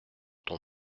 ton